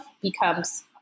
becomes